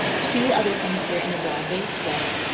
two other things here in a broad-based way.